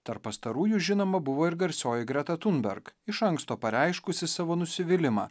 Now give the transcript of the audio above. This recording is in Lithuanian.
tarp pastarųjų žinoma buvo ir garsioji greta tunberg iš anksto pareiškusi savo nusivylimą